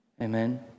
Amen